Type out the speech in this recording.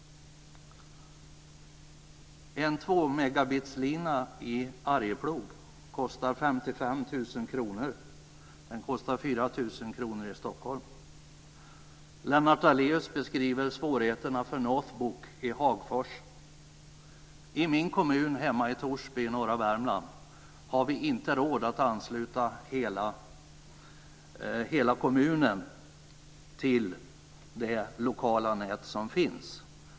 Stockholm kostar den 4 000 kr. Lennart Daléus beskriver svårigheterna för North Book i Hagfors. I min kommun, Torsby, i norra Värmland har vi inte råd att ansluta hela kommunen till det lokala nät som finns.